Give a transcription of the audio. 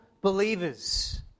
believers